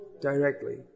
directly